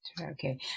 Okay